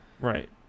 Right